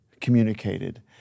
communicated